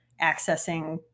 accessing